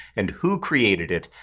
and who created it,